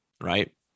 right